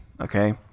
okay